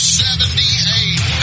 78